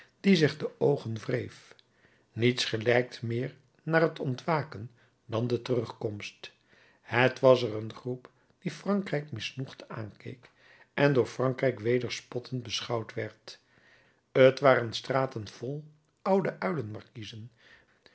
die zich de oogen wreef niets gelijkt meer naar t ontwaken dan de terugkomst het was er een groep die frankrijk misnoegd aankeek en door frankrijk weder spottend beschouwd werd het waren straten vol oude